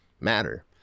matter